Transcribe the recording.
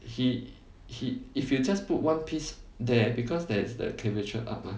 he he if you just put one piece there because there is the curvature up mah